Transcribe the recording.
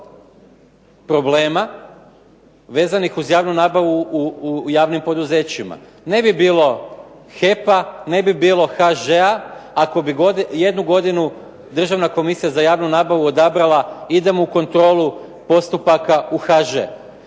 problema vezanih uz javnu nabavu u javnim poduzećima. Ne bi bilo HEP-a, ne bi bilo HŽ-a ako bi jednu godinu Državna komisija za javnu nabavu odabrala idemo u kontrolu postupaka u HŽ.